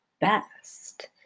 best